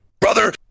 Brother